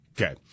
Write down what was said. Okay